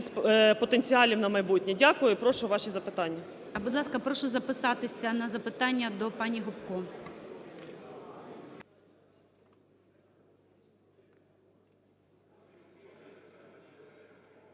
потенціалів на майбутнє. Дякую. І прошу ваші запитання.